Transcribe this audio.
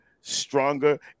stronger